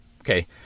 Okay